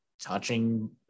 touching